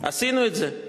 עשינו את זה.